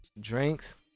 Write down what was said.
drinks